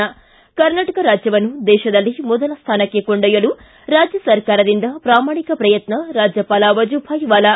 ಿ ಕರ್ನಾಟಕ ರಾಜ್ಯವನ್ನು ದೇಶದಲ್ಲೇ ಮೊದಲ ಸ್ಟಾನಕ್ಕೆ ಕೊಂಡೊಯ್ಕಲು ರಾಜ್ಯ ಸರ್ಕಾರದಿಂದ ಪ್ರಾಮಾಣಿಕ ಪ್ರಯತ್ನ ರಾಜ್ಜಪಾಲ ವಜುಭಾಯ್ ವಾಲಾ